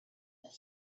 that